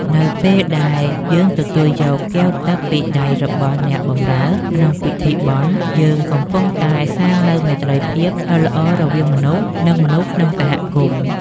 នៅពេលដែលយើងទទួលយកកែវទឹកពីដៃរបស់អ្នកបម្រើក្នុងពិធីបុណ្យ យើងកំពុងតែសាងនូវមេត្រីភាពដ៏ល្អរវាងមនុស្ស និងមនុស្សក្នុងសហគមន៍។